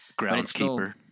Groundskeeper